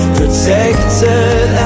protected